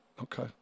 Okay